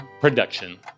production